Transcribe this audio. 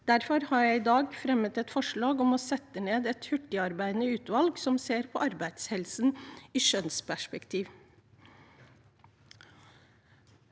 Derfor har jeg i dag fremmet et forslag om å sette ned et hurtigarbeidende utvalg som ser på arbeidshelsen i kjønnsperspektiv.